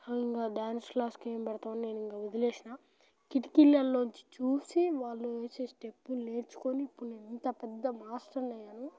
అసలు ఇంకా డ్యాన్స్ క్లాస్కి ఏం పెడతాం అని నేను ఇంకా వదిలేసిన కిటికీలలో నుంచి చూసి వాళ్ళు వేసే స్టెప్పులు నేర్చుకొని ఇప్పుడు నేను ఇంతా పెద్ద మాస్టర్ను అయ్యాను